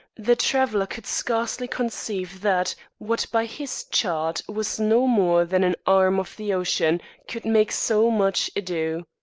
the traveller could scarcely conceive that what by his chart was no more than an arm of the ocean could make so much ado